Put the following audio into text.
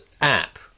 app